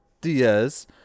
Diaz